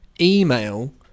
email